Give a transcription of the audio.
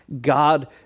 God